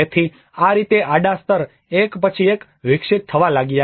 તેથી આ રીતે આડા સ્તર એક પછી એક વિકસિત થવા લાગ્યા